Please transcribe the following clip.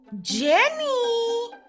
Jenny